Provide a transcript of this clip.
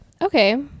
okay